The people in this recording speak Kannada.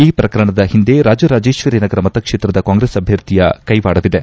ಈ ಪ್ರಕರಣದ ಹಿಂದೆ ರಾಜರಾಜೇತ್ವರಿನಗರ ಮತಕ್ಷೇತ್ರದ ಕಾಂಗ್ರೆಸ್ ಅಭ್ವರ್ಥಿಯ ಕೈವಾಡವಿದೆ